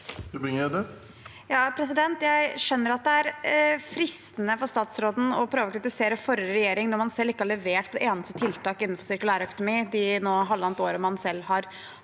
Jeg skjøn- ner at det er fristende for statsråden å prøve å kritisere forrige regjering, når man selv ikke har levert et eneste tiltak innenfor sirkulær økonomi det nå halvannet året man selv har